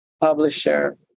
Publisher